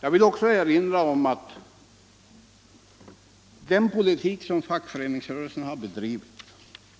Jag vill också erinra om att den politik som fackföreningsrörelsen har bedrivit